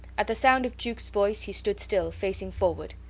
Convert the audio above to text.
at the sound of jukes voice he stood still, facing forward,